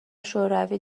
شوروی